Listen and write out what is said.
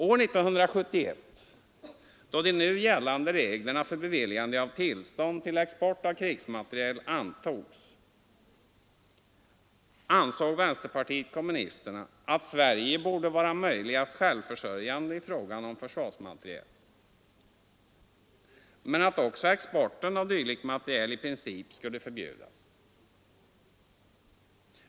År 1971, då de nu gällande reglerna för beviljande av tillstånd till export av krigsmateriel antogs, ansåg vänsterpartiet kommunisterna att Sverige borde vara möjligast självförsörjande i fråga om försvarsmateriel men att också exporten av dylik materiel i princip skulle förbjudas.